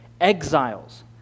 exiles